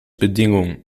bedingung